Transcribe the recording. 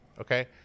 okay